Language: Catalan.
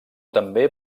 també